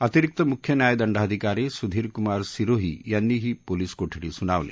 अतिरिक्त मुख्य न्यायदंडाधिकारी सुधीर कुमार सिरोही यांनी ही पोलिस कोठडी सुनावली